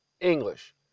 English